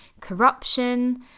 corruption